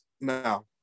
No